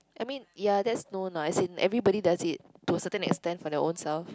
I mean ya that's no nice in everybody does it to certain extent by their own self